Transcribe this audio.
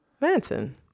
Manson